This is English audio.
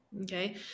Okay